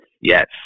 Yes